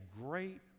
great